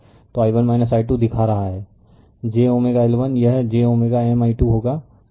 तो i1 i 2 दिखा रहा है j L1 यह j M i 2 होगा